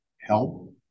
help